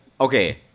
okay